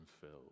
filled